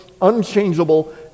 unchangeable